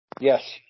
Yes